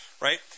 right